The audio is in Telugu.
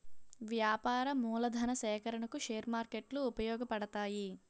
వ్యాపార మూలధన సేకరణకు షేర్ మార్కెట్లు ఉపయోగపడతాయి